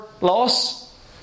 loss